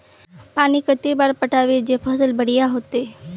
पानी कते बार पटाबे जे फसल बढ़िया होते?